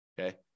Okay